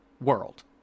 world